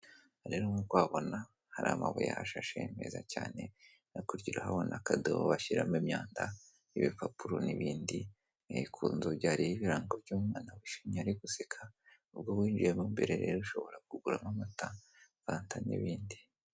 Aha rero nk'uko uhabona hari amabuye ahashashe meza cyane hakurya urahabona akadobo bashyiramo imyanda, bipapuro n'ibindi, ku nzugi hariho ibirango by'umwana wishimye ari guseka ubwo winjiyemo mbere ushobora kuguramo amata, fanta n'ibindi.